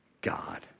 God